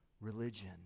religion